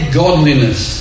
godliness